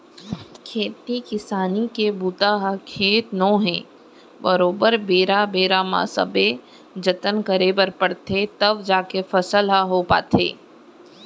खेती किसानी के बूता ह खेत नो है बरोबर बेरा बेरा म सबे जतन करे बर परथे तव जाके फसल ह हो पाथे